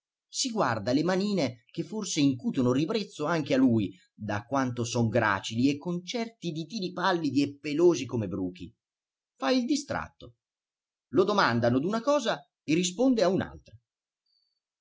si guarda le manine che forse incutono ribrezzo anche a lui da quanto son gracili e con certi ditini pallidi e pelosi come bruchi fa il distratto lo domandano d'una cosa e risponde a